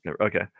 Okay